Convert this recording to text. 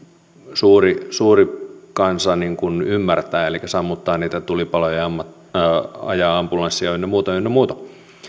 suuri suuri kansa ymmärtää elikkä sammuttavat niitä tulipaloja ja ajavat ambulanssia ynnä muuta ynnä muuta